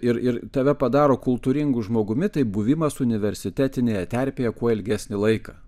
ir ir tave padaro kultūringu žmogumi tai buvimas universitetinėje terpėje kuo ilgesnį laiką